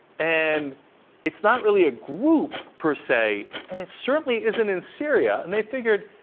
and it's not really a group, per se. and it certainly isn't in syria. and they figured,